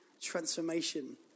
transformation